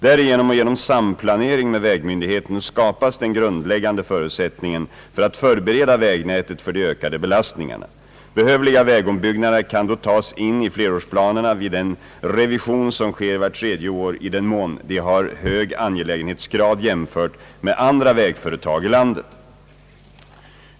Därigenom och genom samplanering med vägmyndigheten skapas den grundläggande förutsättningen för att förbereda vägnätet för de ökade belastningarna. Behövliga vägombyggnader kan då tas in i flerårsplanerna vid den revision som sker vart tredje år i den mån de har hög angelägenhetsgrad jämfört med andra vägföretag i landet.